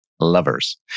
lovers